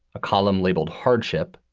a column labeled hardship,